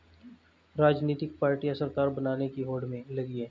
राजनीतिक पार्टियां सरकार बनाने की होड़ में लगी हैं